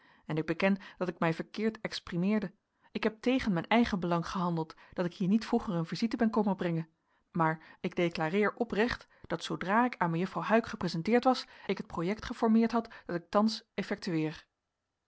en ik beken dat ik mij verkeerd exprimeerde ik heb tegen mijn eigen belang gehandeld dat ik hier niet vroeger een visite ben komen brengen maar ik declareer oprecht dat zoodra ik aan mejuffrouw huyck gepresenteerd was ik het project geformeerd had dat ik thans effectueer